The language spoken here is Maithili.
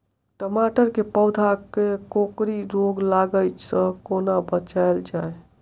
टमाटर केँ पौधा केँ कोकरी रोग लागै सऽ कोना बचाएल जाएँ?